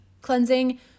cleansing